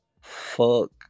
fuck